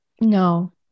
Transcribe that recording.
No